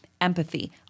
empathy